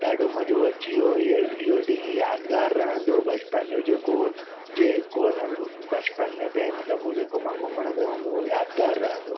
ॾाढो मज़ो अची वियो इहा इहो ॾींहं यादगार रहंदो बचपन जो जेको जेको असां बचपन में पहिरियों दफ़ो जेको मां घुमणु वियो हुअमि उहा यादगारु रहंदो